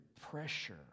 pressure